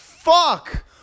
Fuck